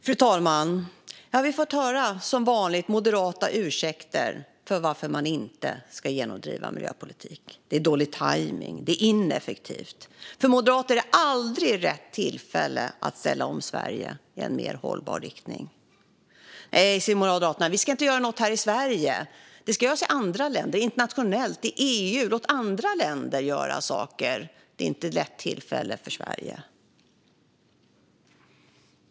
Fru talman! Här har vi, som vanligt, fått höra moderata ursäkter för att inte genomdriva miljöpolitik. Det är dålig tajmning! Det är ineffektivt! För moderater är det aldrig rätt tillfälle att ställa om Sverige i en mer hållbar riktning. Nej, säger Moderaterna, vi ska inte göra något här i Sverige. Det ska göras i andra länder - internationellt och i EU. Låt andra länder göra saker; det är inte rätt tillfälle för Sverige.